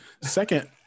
Second